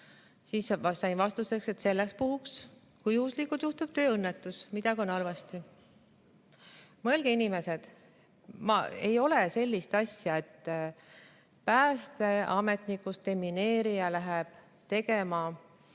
siis sain vastuseks, et selleks puhuks, kui juhtub tööõnnetus ja midagi on halvasti. Mõelge, inimesed, ei ole ju sellist asja, et päästeametnikust demineerija läheb tegema